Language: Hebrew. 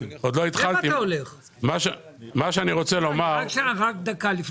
והכול, החשבון של ההוא שהוא הראה של